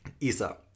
Isa